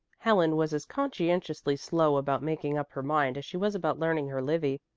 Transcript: helen was as conscientiously slow about making up her mind as she was about learning her livy.